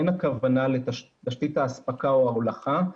אין הכוונה לתשתית האספקה או ההולכה.